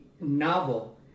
novel